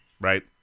right